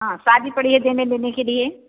हाँ षदी पड़ी है देने लेने के लिए